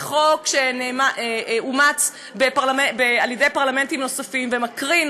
זה חוק שאומץ על-ידי פרלמנטים נוספים ומקרין